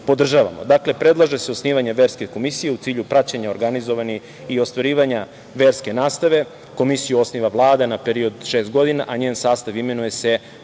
Dakle, predlaže se osnivanje verske komisije u cilju praćenja organizovanja i ostvarivanja verske nastave. Komisiju osniva Vlada na period od šest godina, a njen sastav imenuje se,